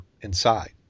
inside